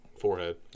forehead